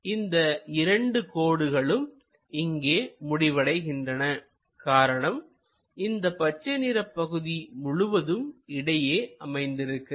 இந்த இரண்டு கோடுகளும் இங்கே முடிவடைகின்றன காரணம் இந்த பச்சை நிற பகுதி முழுவதுமாக இடையே அமைந்திருக்கிறது